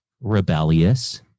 rebellious